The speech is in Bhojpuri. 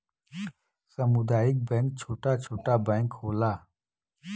सामुदायिक बैंक छोटा छोटा बैंक होला